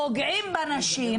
פוגעים בנשים,